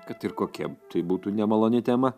kad ir kokia tai būtų nemaloni tema